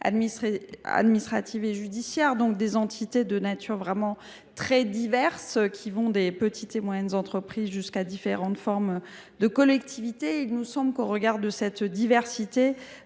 administratives et judiciaires – bref des entités de natures vraiment très diverses, allant des petites et moyennes entreprises jusqu’à différentes formes de collectivités. Il nous semble que, au regard de cette diversité,